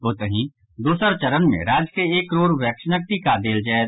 ओतहि दोसर चरण मे राज्य के एक करोड़ वैक्सीनक टीका देल जायत